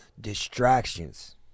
distractions